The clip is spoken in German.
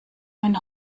meinen